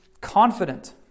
confident